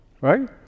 right